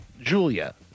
Julia